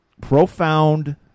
profound